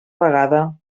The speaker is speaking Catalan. vegada